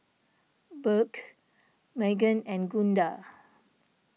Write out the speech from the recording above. Burke Meggan and Gunda